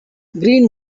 green